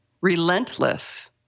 relentless